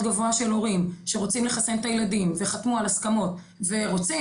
גבוה של הורים שרוצים לחסן את הילדים וחתמו על הסכמות ורוצים,